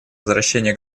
возвращение